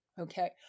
Okay